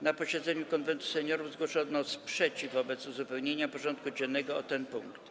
Na posiedzeniu Konwentu Seniorów zgłoszono sprzeciw wobec uzupełnienia porządku dziennego o ten projekt.